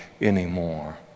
anymore